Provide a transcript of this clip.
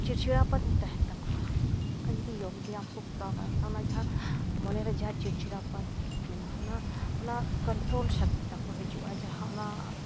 ᱪᱤᱲᱪᱤᱲᱟᱯᱚᱱ ᱛᱟᱦᱮᱱ ᱛᱟᱠᱚᱣᱟ ᱚᱱᱠᱟ ᱡᱩᱫᱤ ᱡᱳᱜᱽ ᱵᱮᱭᱟᱢ ᱠᱚ ᱠᱚᱨᱟᱣᱟ ᱮᱱᱠᱷᱟᱱ ᱚᱱᱟ ᱡᱟᱦᱟᱸ ᱢᱚᱱᱮᱨᱮ ᱡᱟᱦᱟᱸ ᱪᱤᱲᱪᱤᱲᱟᱯᱚᱱ ᱢᱮᱱᱟᱜᱼᱟ ᱚᱱᱟ ᱠᱳᱱᱴᱨᱳᱞ ᱥᱚᱠᱛᱤ ᱛᱟᱠᱚ ᱦᱤᱡᱩᱜᱼᱟ ᱡᱟᱦᱟᱸ ᱚᱱᱟ